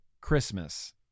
Christmas